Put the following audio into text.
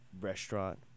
restaurant